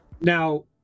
now